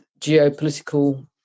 geopolitical